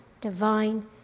divine